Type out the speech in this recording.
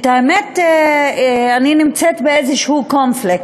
את האמת, אני נמצאת באיזשהו קונפליקט,